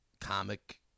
comic